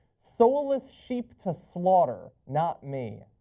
soulless sheep to slaughter, not me.